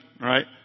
right